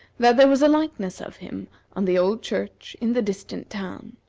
that there was a likeness of him on the old church in the distant town.